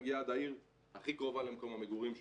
מגיע עד העיר הכי קרובה למקום המגורים שלו.